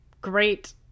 great